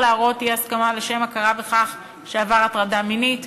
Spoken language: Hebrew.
להראות אי-הסכמה לשם הכרה בכך שעבר הטרדה מינית,